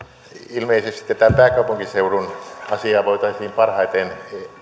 ilmeisesti tätä pääkaupunkiseudun asiaa voitaisiin parhaiten